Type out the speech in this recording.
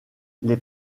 les